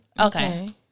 Okay